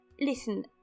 Listen